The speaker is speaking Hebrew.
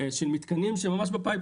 של מתקנים שממש בצנרת,